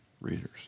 readers